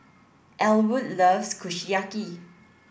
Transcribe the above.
Elwood loves Kushiyaki